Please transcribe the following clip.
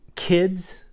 kids